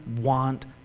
want